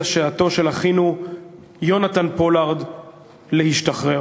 שעתו של אחינו יונתן פולארד להשתחרר.